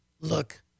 look